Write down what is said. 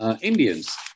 Indians